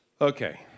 Okay